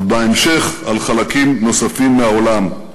אבל בהמשך, על חלקים נוספים מהעולם.